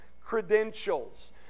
credentials